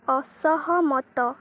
ଅସହମତ